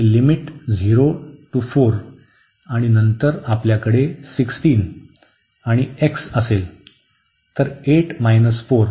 तर आपल्याला आणि लिमिट 0 ते 4 आणि नंतर आपल्याकडे 16 आणि नंतर x असतील तर 8 4